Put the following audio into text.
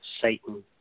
Satan